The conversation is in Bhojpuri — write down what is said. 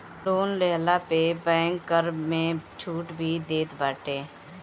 लोन लेहला पे बैंक कर में छुट भी देत बाटे